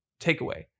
takeaway